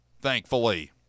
thankfully